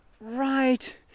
right